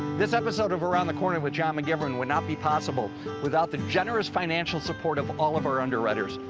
this episode of around the corner with john mcgivern would not be possible without the generous financial support of all of our underwriters.